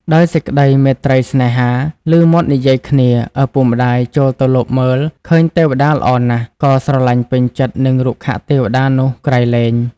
ដោយសេចក្ដីមេត្រីស្នេហា ឮមាត់និយាយគ្នាឪពុកម្ដាយចូលទៅលបមើលឃើញទេវតាល្អណាស់ ក៏ស្រលាញ់ពេញចិត្ដនិងរុក្ខទេវតានោះ ក្រៃលែង